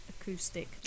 acoustic